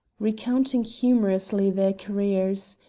recounting humorously their careers.